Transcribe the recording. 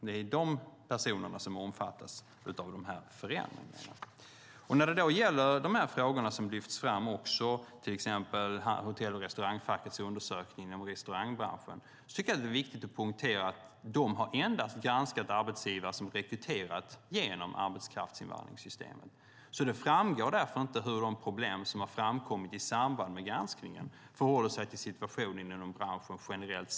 Det är de som omfattas av förändringarna. När det gäller hotell och restaurangfackets undersökning om restaurangbranschen är det viktigt att poängtera att man endast har granskat arbetsgivare som har rekryterat genom arbetskraftsinvandringssystemet. Det framgår inte hur de problem som har framkommit i samband med granskningen förhåller sig till situationen inom branschen generellt.